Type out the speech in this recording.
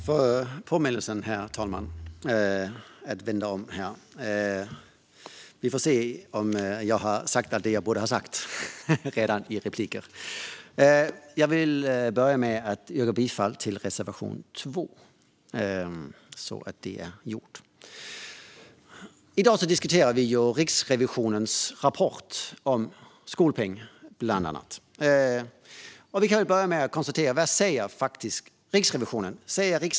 Herr talman! Jag yrkar bifall till reservation 2. I dag diskuterar vi Riksrevisionens rapport om skolpengen. Vad säger då Riksrevisionen?